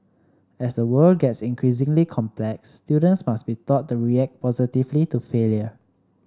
as the world gets increasingly complex students must be taught to react positively to failure